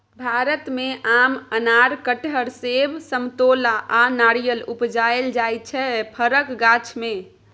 भारत मे आम, अनार, कटहर, सेब, समतोला आ नारियर उपजाएल जाइ छै फरक गाछ मे